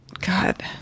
God